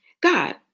God